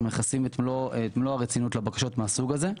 מייחסים את מלוא הרצינות לבקשות מהסוג הזה.